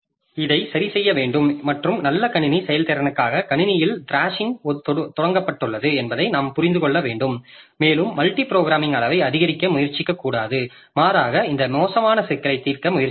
இது சரி செய்ய வேண்டும் மற்றும் நல்ல கணினி செயல்திறனுக்காக கணினியில் த்ராஷிங் தொடங்கப்பட்டுள்ளது என்பதை நாம் புரிந்து கொள்ள வேண்டும் மேலும் மல்டி புரோகிராமிங் அளவை அதிகரிக்க முயற்சிக்கக்கூடாது மாறாக இந்த மோசமான சிக்கலை தீர்க்க முயற்சிக்க வேண்டும்